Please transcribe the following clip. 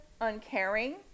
uncaring